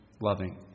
loving